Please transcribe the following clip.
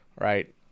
right